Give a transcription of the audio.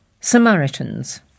Samaritans